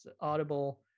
Audible